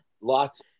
lots